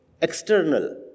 external